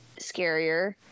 scarier